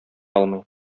алмый